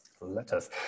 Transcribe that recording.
letters